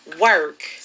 work